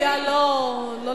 אני מציעה לא להשיב.